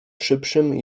szybszym